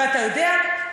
ואתה יודע,